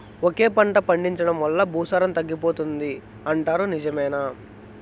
ఒకే పంట పండించడం వల్ల భూసారం తగ్గిపోతుంది పోతుంది అంటారు నిజమేనా